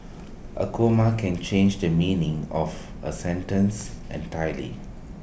A comma can change the meaning of A sentence entirely